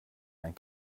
ein